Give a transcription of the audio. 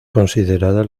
considerada